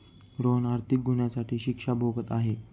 रोहन आर्थिक गुन्ह्यासाठी शिक्षा भोगत आहे